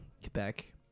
Quebec